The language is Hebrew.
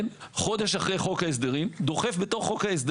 חודש אחרי חוק ההסדרים,